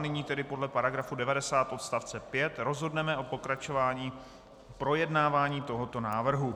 Nyní tedy podle § 90 odst. 5 rozhodneme o pokračování projednávání tohoto návrhu.